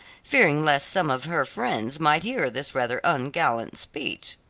fearing lest some of her friends might hear this rather ungallant speech.